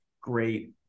great